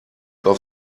auf